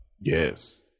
Yes